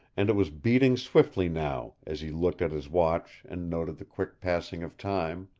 and it was beating swiftly now as he looked at his watch and noted the quick passing of time.